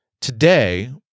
Today